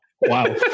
Wow